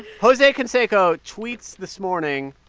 jose canseco tweets this morning,